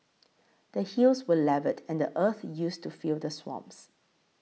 the hills were levelled and the earth used to fill the swamps